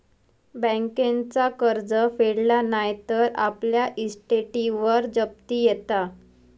बँकेचा कर्ज फेडला नाय तर आपल्या इस्टेटीवर जप्ती येता